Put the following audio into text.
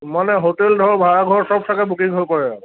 মানে হোটেল ধৰক ভাড়া ঘৰ চব চাগৈ বুকিং হৈ পৰে আৰু